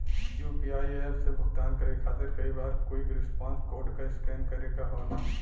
UPI app से भुगतान करे खातिर कई बार क्विक रिस्पांस कोड क स्कैन करे क होला